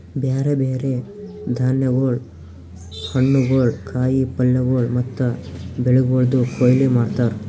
ಬ್ಯಾರೆ ಬ್ಯಾರೆ ಧಾನ್ಯಗೊಳ್, ಹಣ್ಣುಗೊಳ್, ಕಾಯಿ ಪಲ್ಯಗೊಳ್ ಮತ್ತ ಬೆಳಿಗೊಳ್ದು ಕೊಯ್ಲಿ ಮಾಡ್ತಾರ್